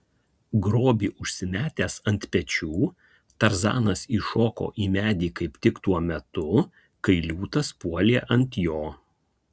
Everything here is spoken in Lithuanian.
grobį užsimetęs ant pečių tarzanas įšoko į medį kaip tik tuo metu kai liūtas puolė ant jo